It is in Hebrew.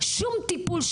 שום טיפול,